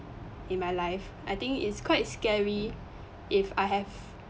in my life I think is quite scary if I have